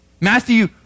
Matthew